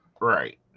Right